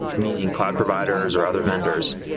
meaning cloud providers or other vendors,